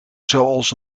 zoals